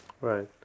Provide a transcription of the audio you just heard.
Right